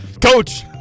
Coach